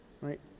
Right